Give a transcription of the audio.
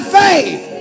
faith